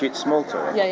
small talk? yeah